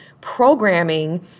programming